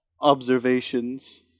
observations